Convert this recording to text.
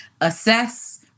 assess